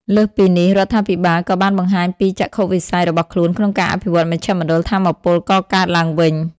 លើសពីនេះ រដ្ឋាភិបាលក៏បានបង្ហាញពីចក្ខុវិស័យរបស់ខ្លួនក្នុងការអភិវឌ្ឍមជ្ឈមណ្ឌលថាមពលកកើតឡើងវិញ។